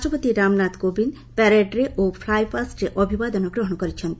ରାଷ୍ଟ୍ରପତି ରାମନାଥ କୋବିନ୍ଦ୍ ପ୍ୟାରେଡ୍ ଓ ଫ୍ଲାଏପାଷ୍ଟରେ ଅଭିବାଦନ ଗ୍ରହଣ କରିଛନ୍ତି